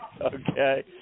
Okay